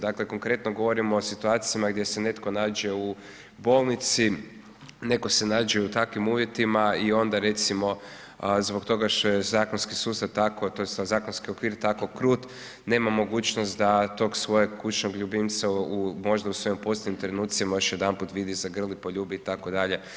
Dakle konkretno govorimo o situacijama gdje se netko nađe u bolnici, netko se nađe u takvim uvjetima i onda recimo zbog toga što je zakonski sustav takav, tj. zakonski okvir tako krut, nema mogućnost da tog svojeg kućnog ljubimca možda u svojim posljednjim trenucima još jedanput vidi, zagrli, poljubi itd.